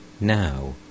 Now